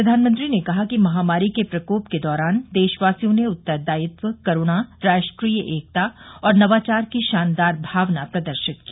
प्रधानमंत्री ने कहा कि महामारी के प्रकोप के दौरान देशवासियों ने उत्तरदायित्व करुणा राष्ट्रीय एकता और नवाचार की शानदार भावना प्रदर्शित की